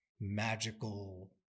magical